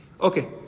Okay